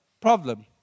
problem